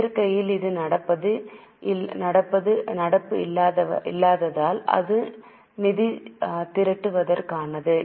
இயற்கையில் அது நடப்பு இல்லாததால் அது நிதி திரட்டுவதற்கானது